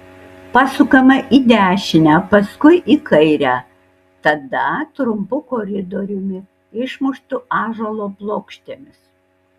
pasukame į dešinę paskui į kairę tada trumpu koridoriumi išmuštu ąžuolo plokštėmis